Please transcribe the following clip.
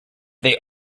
they